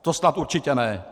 To snad určitě ne.